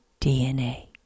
DNA